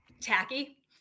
tacky